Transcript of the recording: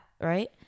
right